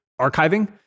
archiving